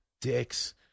dicks